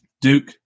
Duke